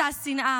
אותה שנאה,